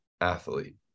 athlete